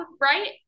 right